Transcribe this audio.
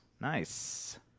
Nice